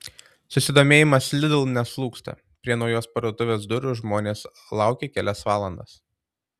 susidomėjimas lidl neslūgsta prie naujos parduotuvės durų žmonės laukė kelias valandas